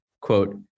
quote